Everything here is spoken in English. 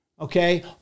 Okay